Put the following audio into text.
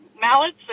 mallets